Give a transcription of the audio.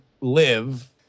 live